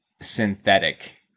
synthetic